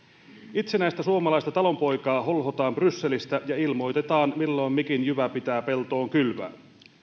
itsenäistä suomalaista talonpoikaa holhotaan brysselistä ja ilmoitetaan milloin mikin jyvä pitää peltoon kylvää